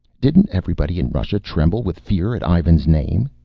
didn't everybody in russia tremble with fear at ivan's name?